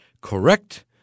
correct